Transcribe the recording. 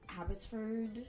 Abbotsford